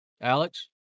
Alex